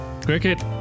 Cricket